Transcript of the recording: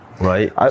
Right